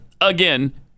again